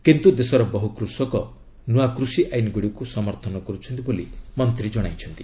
କିନ୍ତୁ ଦେଶର ବହୁ କୃଷକ ନୂଆ କୃଷି ଆଇନଗୁଡ଼ିକୁ ସମର୍ଥନ କରୁଛନ୍ତି ବୋଲି ମନ୍ତ୍ରୀ ଜଣାଇଛନ୍ତି